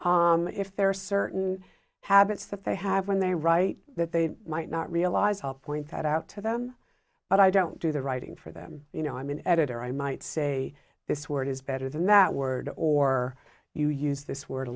if there are certain habits that they have when they write that they might not realize the point that out to them but i don't do the writing for them you know i'm an editor i might say this word is better than that word or you use this word a